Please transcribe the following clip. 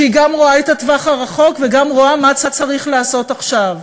שגם רואה את הטווח הארוך וגם רואה מה צריך לעשות עכשיו.